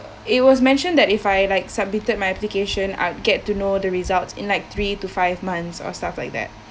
it was mentioned that if I like I submitted my application I would get to know the results in like three to five months or stuff like that